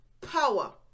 power